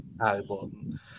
album